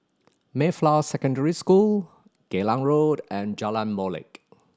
Mayflower Secondary School Geylang Road and Jalan Molek